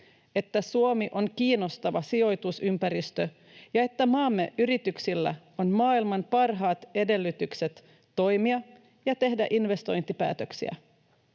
että Suomi on kiinnostava sijoitusympäristö ja että maamme yrityksillä on maailman parhaat edellytykset toimia ja tehdä investointipäätöksiä.